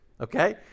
okay